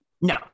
No